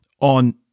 on